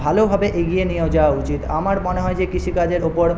ভালোভাবে এগিয়ে নিয়েও যাওয়া উচিত আমার মনে হয় যে কৃষিকাজের ওপর